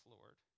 Lord